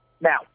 Now